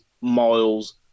Miles